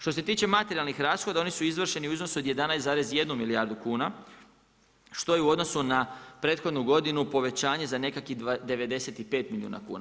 Što se tiče materijalnih rashoda oni su izvršeni u iznosu od 11,1 milijardu kuna što je u odnosu na prethodnu godinu povećanje za nekakvih 95 milijuna kuna.